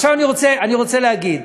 עכשיו אני רוצה להגיד,